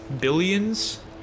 Billions